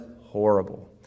horrible